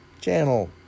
channel